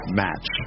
match